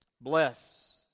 Bless